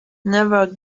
never